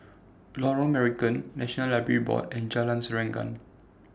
Lorong Marican National Library Board and Jalan Serengam